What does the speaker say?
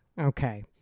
Okay